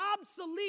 obsolete